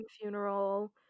funeral